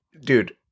Dude